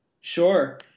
Sure